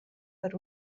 per